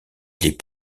les